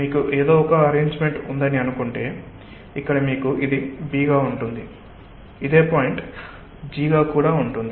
మీకు ఏదో ఒక అరేంజ్మెంట్ ఉందని అనుకుంటే ఇక్కడ మీకు ఇది B గా ఉంటుంది ఇదే పాయింట్ G గా కూడా ఉంటుంది